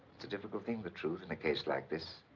it's a difficult thing, the truth, in a case like this.